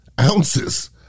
ounces